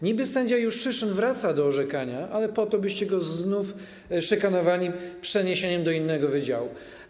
Niby sędzia Juszczyszyn wraca do orzekania, ale po to, byście go znów szykanowali przeniesieniem do innego wydziału.